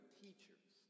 teachers